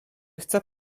chce